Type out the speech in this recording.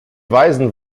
weisen